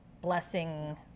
blessing